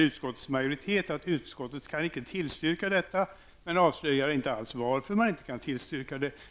Utskottsmajoriteten säger att den inte kan tillstyrka detta men avslöjar inte varför man inte kan tillstyrka det.